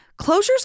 closures